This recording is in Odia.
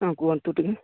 ହଁ କୁହନ୍ତୁ ଟିକେ